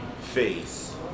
face